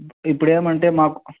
ఇప్పుడేమి అంటే మాకు